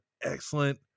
excellent